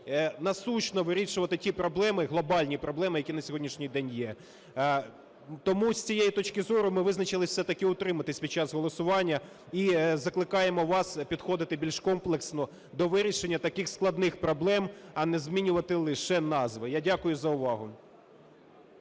насущно вирішувати ті проблеми, глобальні проблеми, які на сьогоднішній день є. Тому, з цієї точки зору, ми визначилися все-таки утриматися під час голосування і закликаємо вас підходити більш комплексно до вирішення таких складних проблем, а не змінювати лише назви. Я дякую за увагу.